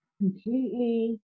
completely